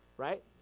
right